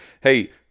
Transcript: Hey